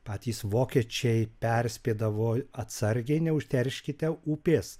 patys vokiečiai perspėdavo atsargiai neužterškite upės